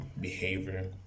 behavior